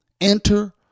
enter